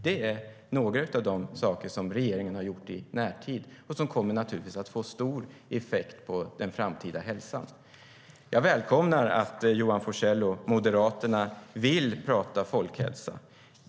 Det är några av de saker som regeringen har gjort i närtid och som naturligtvis kommer att få stor effekt på den framtida hälsan. Jag välkomnar att Johan Forssell och Moderaterna vill tala om folkhälsa.